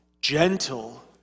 gentle